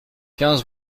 quinze